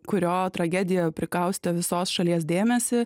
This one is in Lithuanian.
kurio tragedija prikaustė visos šalies dėmesį